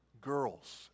girls